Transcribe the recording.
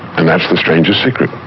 and that's the strangest secret.